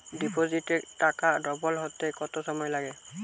ডিপোজিটে টাকা ডবল হতে কত সময় লাগে?